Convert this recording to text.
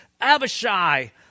Abishai